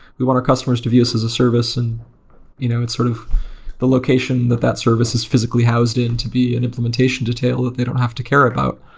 we want our customers to view us as a service and you know it's sort of the location that that service is physically housed in to be an implementation detail that they don't have to care about.